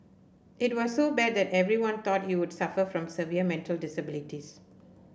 it was so bad that everyone thought he would suffer from severe mental disabilities